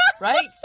right